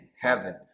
heaven